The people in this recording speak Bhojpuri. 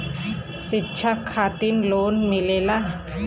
शिक्षा खातिन लोन मिलेला?